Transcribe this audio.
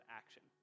action